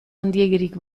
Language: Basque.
handiegirik